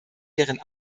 deren